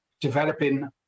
developing